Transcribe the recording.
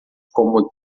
como